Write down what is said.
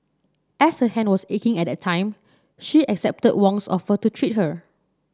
as her hand was aching at that time she accepted Wong's offer to treat her